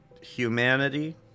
humanity